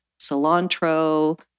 cilantro